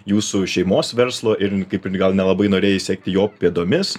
jūsų šeimos verslo ir kaip gal ir nelabai norėjai sekti jo pėdomis